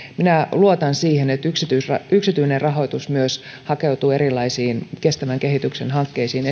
minä luotan siihen että myös yksityinen rahoitus hakeutuu erilaisiin kestävän kehityksen hankkeisiin